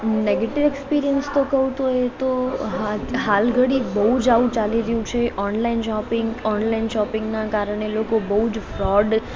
negative experience તો કહું તો એ તો હાલ હાલ ઘડી બહુ જ આવું ચાલી રહ્યું છે ઑનલાઇન શોપિંગ ઑનલાઇન શોપિંગના કારણે લોકો બહુ જ ફ્રૉડ